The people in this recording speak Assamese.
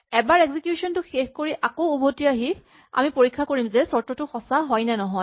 এবাৰ এক্সিকিউচন টো শেষ কৰি আকৌ উভতি আহি আমি পৰীক্ষা কৰিম যে চৰ্তটো সঁচা হয় নে নহয়